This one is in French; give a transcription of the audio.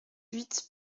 huit